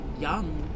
young